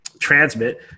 transmit